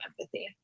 empathy